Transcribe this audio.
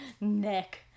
Nick